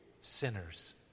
sinners